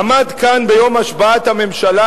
עמד כאן ביום השבעת הממשלה